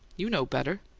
you know better!